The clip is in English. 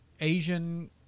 Asian